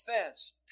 offense